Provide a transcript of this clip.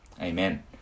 Amen